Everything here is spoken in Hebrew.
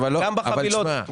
גם בחבילות,